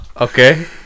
Okay